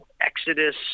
Exodus